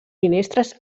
finestres